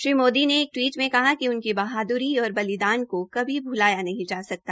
श्री मोदी ने एक टवीट में कहा कि उनकी बहाद्री और बलिदान को कभी भ्लाया नहीं जा सकता